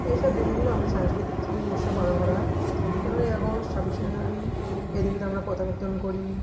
এইসব দিনগুলো আমাদের সাংস্কৃতিক উৎসব পালন করা হয় পনেরোই আগস্ট ছাব্বিশে জানুয়ারি এই দিনগুলোতে আমরা পতাকা উত্তোলন করি